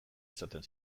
izaten